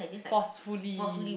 forcefully